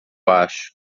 acho